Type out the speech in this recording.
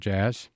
Jazz